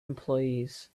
employees